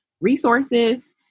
resources